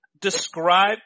describe